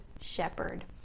shepherd